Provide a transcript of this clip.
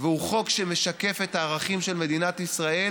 והוא חוק שמשקף את הערכים של מדינת ישראל,